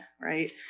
right